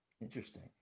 Interesting